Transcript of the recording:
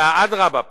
אלא אדרבה,